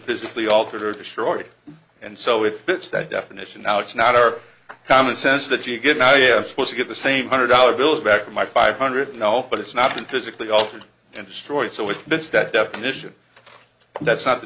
physically altered or destroyed and so it fits that definition now it's not our common sense that you get not supposed to get the same hundred dollar bills back in my five hundred now but it's not been physically altered and destroyed so with this that definition that's not the